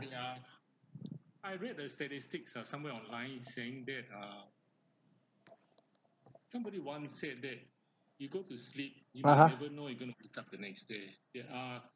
(uh huh)